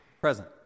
Present